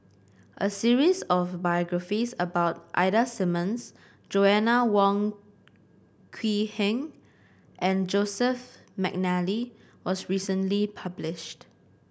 a series of biographies about Ida Simmons Joanna Wong Quee Heng and Joseph McNally was recently published